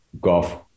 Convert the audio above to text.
golf